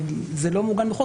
זה לא מעוגן בחוק,